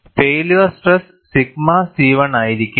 failure stress sigma c1 ആയിരിക്കും